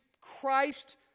Christ